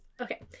Okay